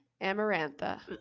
Amarantha